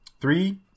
Three